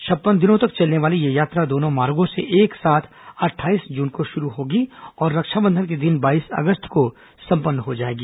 छप्पन दिन तक चलने वाली यह यात्रा दोनों मार्गों से एक साथ अट्ठाईस जून को शुरू होगी और रक्षाबंधन के दिन बाईस अगस्त को संपन्न हो जाएगी